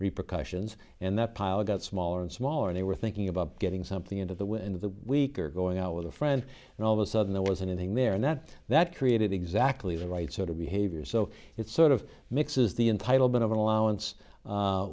repercussions and that pile got smaller and smaller they were thinking about getting something into the wind of the week or going out with a friend and all of a sudden there was anything there and that that created exactly the right sort of behavior so it sort of mixes the entitlement of an allowance